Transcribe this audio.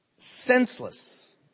senseless